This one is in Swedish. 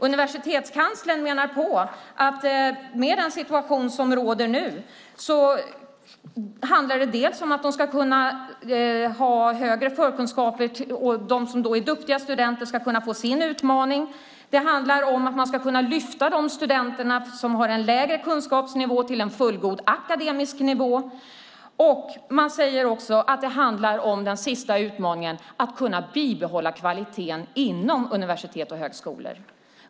Universitetskanslern menar att i den situation som råder nu handlar det om att ge studenterna högre förkunskaper. De som är duktiga studenter ska kunna få en utmaning. Det handlar om att lyfta de studenter som har en lägre kunskapsnivå till en fullgod akademisk nivå. Vidare handlar det om, den sista utmaningen, att kunna bibehålla kvaliteten inom universitet och högskolor.